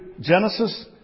Genesis